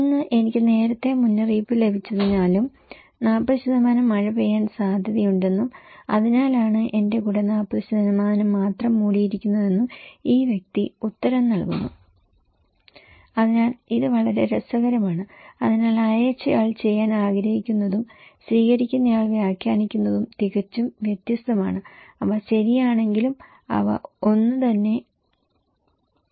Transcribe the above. ഇന്ന് എനിക്ക് നേരത്തെ മുന്നറിയിപ്പ് ലഭിച്ചതിനാലും 40 മഴ പെയ്യാൻ സാധ്യതയുണ്ടെന്നും അതിനാലാണ് എന്റെ കുടയുടെ 40 മാത്രം മൂടിയിരിക്കുന്നതെന്നും ഈ വ്യക്തി ഉത്തരം നൽകുന്നു അതിനാൽ ഇത് വളരെ രസകരമാണ് അതിനാൽ അയച്ചയാൾ ചെയ്യാൻ ആഗ്രഹിക്കുന്നതും സ്വീകരിക്കുന്നയാൾ വ്യാഖ്യാനിക്കുന്നതും തികച്ചും വ്യത്യസ്തമാണ് അവ ശരിയാണെങ്കിലും അവ ഒന്നുതന്നെയാണ്